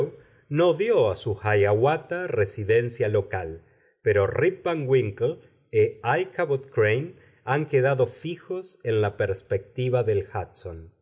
no dió a su hiawatha residencia local pero rip van winkle e íchabod crane han quedado fijos en la perspectiva del